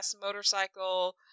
motorcycle